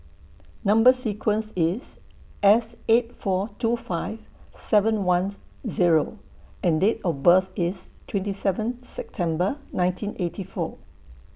Number sequence IS S eight four two five seven Ones Zero and Date of birth IS twenty seven September nineteen eighty four